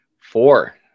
four